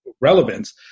relevance